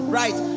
right